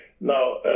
Now